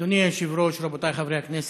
אדוני היושב-ראש, רבותי חברי הכנסת,